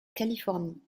californie